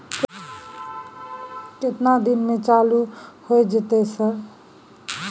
केतना दिन में चालू होय जेतै सर?